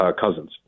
Cousins